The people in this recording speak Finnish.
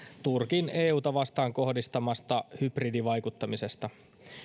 turkin euta vastaan kohdistamasta hybridivaikuttamisesta